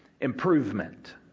improvement